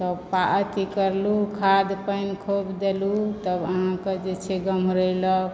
तब अथी करलहुँ खाद्य पानि खूब देलहुँ तब अहाँकेेँ जे छै से गम्हरेलक